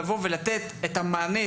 מלבוא ולתת את המענה,